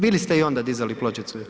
Bili ste i onda dizali pločicu.